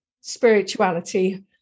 spirituality